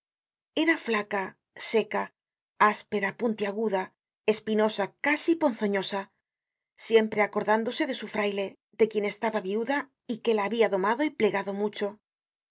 era flaca seca áspera puntiaguda espinosa casi ponzoñosa siempre acordándose de su fraile de quien estaba viuda y que la habia domado y plegado mucho era